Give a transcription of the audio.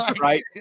right